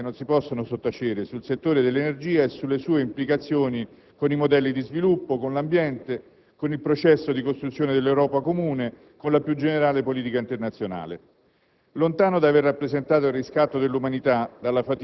Naturalmente la questione richiama considerazioni più generali, che non si possono sottacere, sul settore dell'energia e sulle sue implicazioni con i modelli di sviluppo, con l'ambiente, con il processo di costruzione dell'Europa comune, con la più generale politica internazionale.